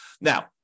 Now